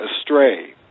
astray